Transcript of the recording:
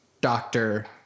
doctor